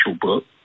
book